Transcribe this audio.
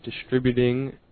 distributing